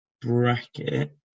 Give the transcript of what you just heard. bracket